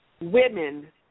Women